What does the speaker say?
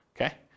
okay